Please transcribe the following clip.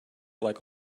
like